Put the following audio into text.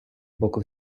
боку